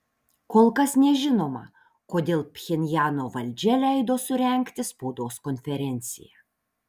kol kas nežinoma kodėl pchenjano valdžia leido surengti spaudos konferenciją